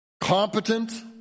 Competent